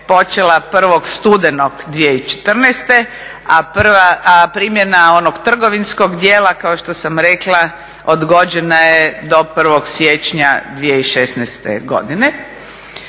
počela 1. studenog 2014., a primjena onog trgovinskog dijela kao što sam rekla odgođena je do 1. siječnja 2016. godine.